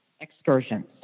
excursions